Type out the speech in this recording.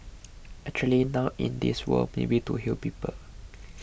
actually now in this world maybe to heal people